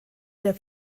der